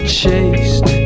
chased